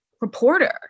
reporter